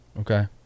Okay